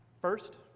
First